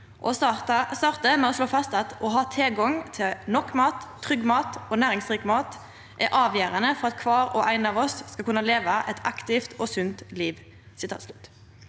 og startar med å slå fast: «Å ha tilgang til nok mat, trygg mat og næringsrik mat er avgjørende for at hver og en av oss skal kunne leve et aktivt og sunt liv.»